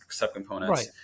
subcomponents